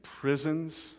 prisons